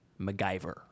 MacGyver